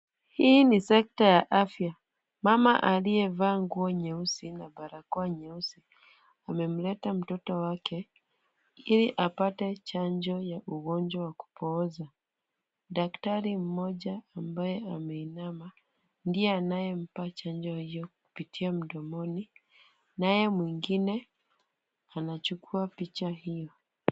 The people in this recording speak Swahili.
Hii ni sekta ya afya. Mama aliyevaa nguo nyeusi na barakoa nyeusi, amemleta mtoto wake ili apate chanjo ya ugonjwa wa kupooza. Daktari mmoja ambaye ameinama ndiye anampa chanjo hiyo kupitia mdomoni, naye mwingine anachukua picha hiyo.